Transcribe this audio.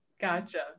Gotcha